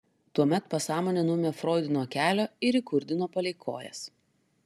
tuomet pasąmonę nuėmė froidui nuo kelio ir įkurdino palei kojas